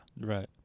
Right